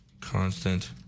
Constant